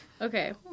Okay